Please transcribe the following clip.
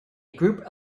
group